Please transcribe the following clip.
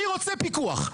אני רוצה פיקוח.